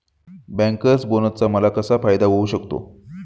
Bankers बोनसचा मला कसा फायदा होऊ शकतो?